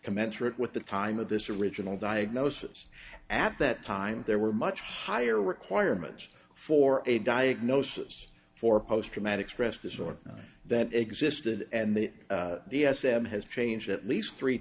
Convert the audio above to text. commensurate with the time of this original diagnosis at that time there were much higher requirements for a diagnosis for post traumatic stress disorder that existed and the d s m has changed at least three